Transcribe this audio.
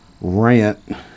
rant